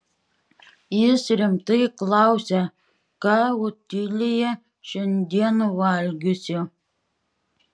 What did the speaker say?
jis rimtai klausia ką otilija šiandien valgiusi